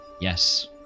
Yes